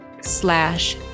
slash